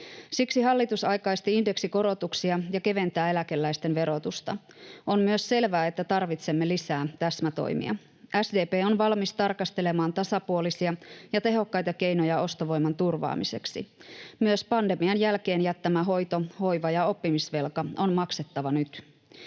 Siksi hallitus aikaisti indeksikorotuksia ja keventää eläkeläisten verotusta. On myös selvää, että tarvitsemme lisää täsmätoimia. SDP on valmis tarkastelemaan tasapuolisia ja tehokkaita keinoja ostovoiman turvaamiseksi. Myös pandemian jälkeensä jättämä hoito‑, hoiva‑ ja oppimisvelka on maksettava nyt.